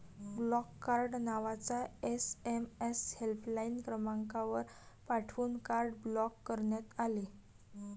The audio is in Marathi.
ब्लॉक कार्ड नावाचा एस.एम.एस हेल्पलाइन क्रमांकावर पाठवून कार्ड ब्लॉक करण्यात आले